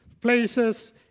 places